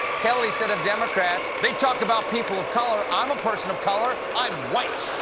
kelly said of democrats they talk about people of color, i'm a person of color, i'm white.